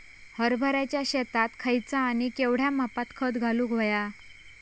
हरभराच्या शेतात खयचा आणि केवढया मापात खत घालुक व्हया?